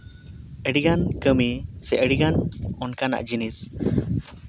ᱟᱹᱰᱤᱜᱟᱱ ᱠᱟᱹᱢᱤ ᱥᱮ ᱟᱹᱰᱤᱜᱟᱱ ᱚᱱᱠᱟᱱᱟᱜ ᱡᱤᱱᱤᱥ